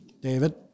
David